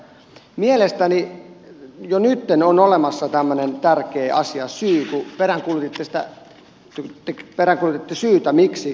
mielestäni jo nytten on olemassa tämmöinen tärkeä asiasyy kun peräänkuulutitte syytä miksi